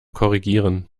korrigieren